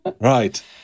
Right